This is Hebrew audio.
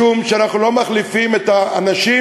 משום שאנחנו לא מחליפים את האנשים,